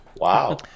wow